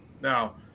now